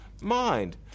mind